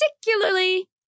particularly